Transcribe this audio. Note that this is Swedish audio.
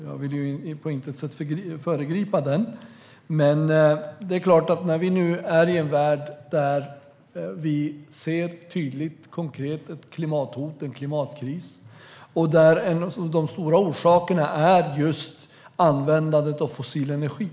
Jag vill på intet sätt föregripa den, men det är klart att i en värld där vi tydligt och konkret ser ett klimathot, en klimatkris, är en av de stora orsakerna just användandet av fossil energi.